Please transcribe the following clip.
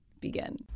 begin